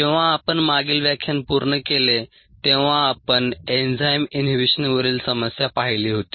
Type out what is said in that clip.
जेव्हा आपण मागील व्याख्यान पूर्ण केले तेव्हा आपण एन्झाइम इनहिबिशनवरील समस्या पाहिली होती